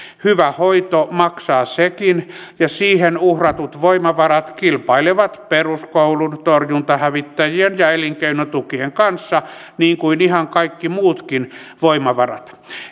hyvä hoito maksaa sekin ja siihen uhratut voimavarat kilpailevat peruskoulun torjuntahävittäjien ja elinkeinotukien kanssa niin kuin ihan kaikki muutkin voimavarat